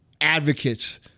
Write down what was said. advocates